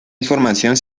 información